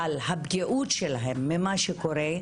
אבל הפגיעות שלהן ממה שקורה,